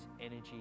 energy